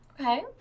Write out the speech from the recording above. Okay